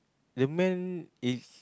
the man is